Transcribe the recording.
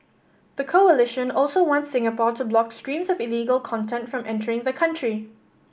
the coalition also wants Singapore to block streams of illegal content from entering the country